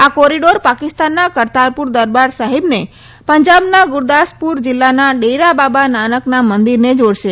આ કોરીડોર પાકિસ્તાનના કરતારપુરમાં દરબાર સાહિબને પંજાબના ગુરદાસપુર જિલ્લાના ડેરાબાબા નાનકના મંદિરને જાડશે